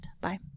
bye